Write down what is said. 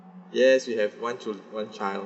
yes we have one chil~ one child